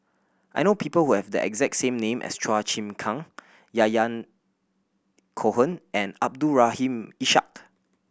I know people who have the exact same name as Chua Chim Kang Yahya Cohen and Abdul Rahim Ishak